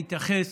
להתייחס,